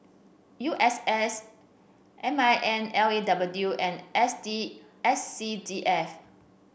U S S M I N L A W and S D S C D F